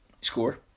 score